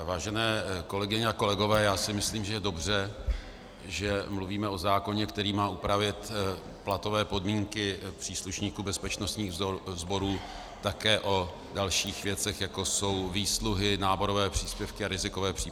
Vážené kolegyně a kolegové, já si myslím, že je dobře, že mluvíme o zákoně, který má upravit platové podmínky příslušníků bezpečnostních sborů, také o dalších věcech, jako jsou výsluhy, náborové příspěvky a rizikové příplatky.